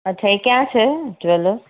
અચ્છા એ કયા છે જ્વેલર્સ